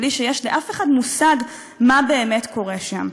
בלי שיש לאף אחד מושג מה באמת קורה שם.